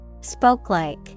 Spoke-like